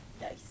nice